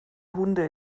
hunde